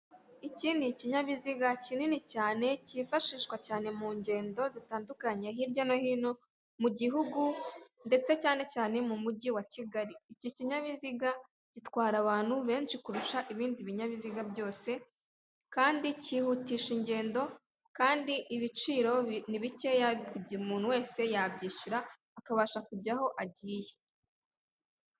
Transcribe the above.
Iki ni ikinyabiziga kinini cyane, cyifashishwa cyane mu ngendo zitandukanye hirya no hino mu gihugu, ndetse cyane cyane mu mujyi wa kigali. Iki kinyabiziga gitwara abantu benshi kurusha ibindi binyabiziga byose kandi kihutisha ingendo, kandi ibiciro ni bikeya kugira umuntu wese yabyishyura akabasha kujya aho agiye.